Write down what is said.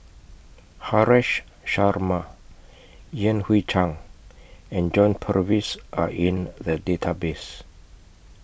Haresh Sharma Yan Hui Chang and John Purvis Are in The Database